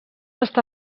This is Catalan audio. està